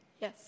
yes